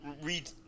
read